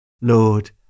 Lord